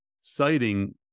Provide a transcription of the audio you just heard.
citing